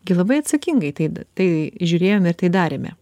gi labai atsakingai tai tai žiūrėjome ir tai darėme